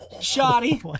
shoddy